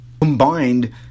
combined